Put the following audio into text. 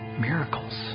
miracles